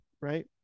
Right